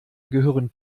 gehören